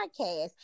podcast